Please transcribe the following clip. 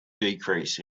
decrease